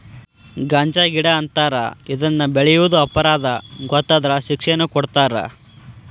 ಗಾಂಜಾಗಿಡಾ ಅಂತಾರ ಇದನ್ನ ಬೆಳಿಯುದು ಅಪರಾಧಾ ಗೊತ್ತಾದ್ರ ಶಿಕ್ಷೆನು ಕೊಡತಾರ